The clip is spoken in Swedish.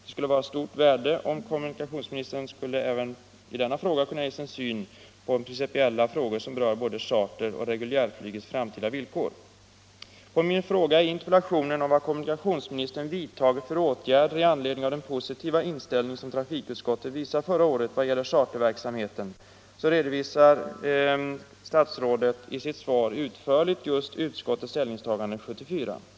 Det skulle vara av stort värde om kommunikationsministern även på denna punkt ville redogöra för sin syn på de principiella frågor som berör både charteroch reguljärflygets framtida villkor. Som svar på min fråga om vilka åtgärder kommunikationsministern vidtagit i anledning av den positiva inställning som trafikutskottet visade förra året i vad gäller charterverksamheten redovisar kommunikationsministern utförligt just utskottets ställningstaganden 1974.